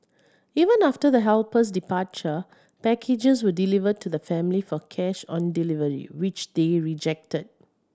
even after the helper's departure packages were delivered to the family for cash on delivery which they rejected